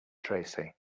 tracy